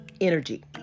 energy